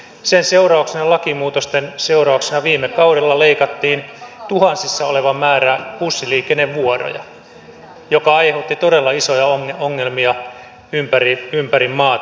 sen seurauksena lakimuutosten seurauksena viime kaudella leikattiin tuhansissa oleva määrä bussiliikennevuoroja mikä aiheutti todella isoja ongelmia ympäri maata